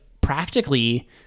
practically